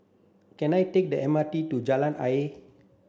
can I take the M R T to Jalan Ayer